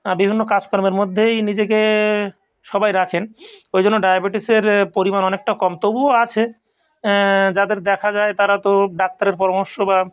বিভিন্ন কাজকর্মের মধ্যেই নিজেকে সবাই রাখেন ওই জন্য ডায়াবিটিসের পরিমাণ অনেকটা কম তবুও আছে যাদের দেখা যায় তারা তো ডাক্তারের পরামর্শ বা